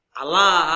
Allah